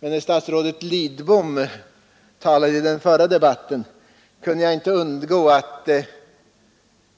Men när statsrådet Lidbom talade i det föregående ärendet kunde jag inte underlåta att försöka